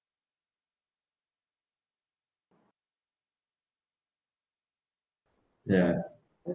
ya